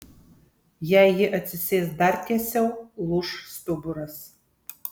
jei ji atsisės dar tiesiau lūš stuburas